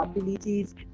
abilities